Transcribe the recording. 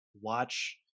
watch